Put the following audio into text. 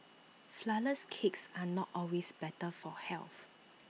Flourless Cakes are not always better for health